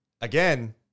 Again